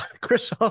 Chris